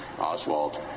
Oswald